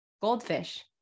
goldfish